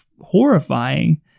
horrifying